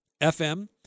FM